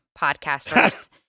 podcasters